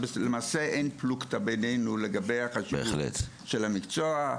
ולמעשה אין פלוגתה בינינו לגבי החשיבות של המקצוע,